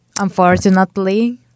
Unfortunately